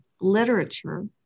literature